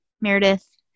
Meredith